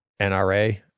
NRA